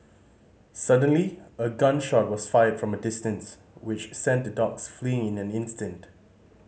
suddenly a gun shot was fired from a distance which sent the dogs fleeing in an instant